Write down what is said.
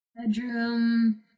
bedroom